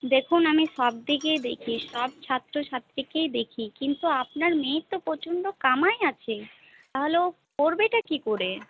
দেখুন আমি সবদিকেই দেখি সব ছাত্রছাত্রীকেই দেখি কিন্তু আপনার মেয়ের তো প্রচন্ড কামাই আছে তাহলে ও করবেটা কি করে